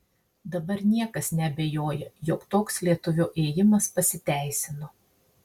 dabar niekas neabejoja jog toks lietuvio ėjimas pasiteisino